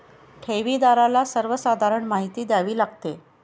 ठेवीदाराला सर्वसाधारण माहिती द्यावी लागते